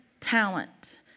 talent